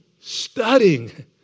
studying